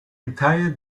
entire